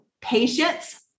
patience